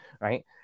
right